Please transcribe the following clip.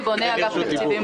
זה לא רק אנחנו.